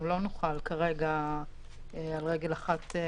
לכל מבודד שבת אחת.